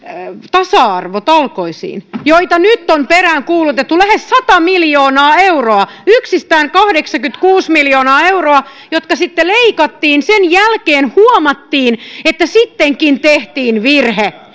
tasa arvotalkoisiin joita nyt on peräänkuulutettu lähes sata miljoonaa euroa yksistään kahdeksankymmentäkuusi miljoonaa euroa jotka sitten leikattiin sen jälkeen huomattiin että sittenkin tehtiin virhe